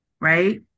right